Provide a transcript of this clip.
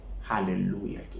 Hallelujah